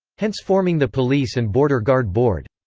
hence forming the police and border guard board.